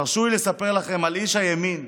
תרשו לי לספר על איש הימין,